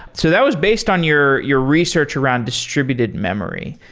so that was based on your your research around distributed memory.